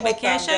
עוד פעם,